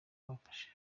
rwafashe